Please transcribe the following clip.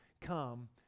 Come